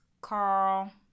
carl